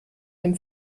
dem